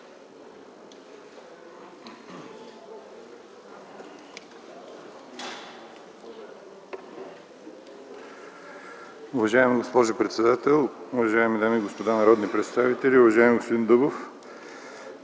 Уважаема госпожо председател, уважаеми госпожи и господа народни представители! Уважаеми господин Великов,